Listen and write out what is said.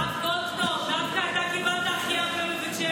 הרב גולדקנופ, דווקא אתה קיבלת הכי הרבה מבית שמש.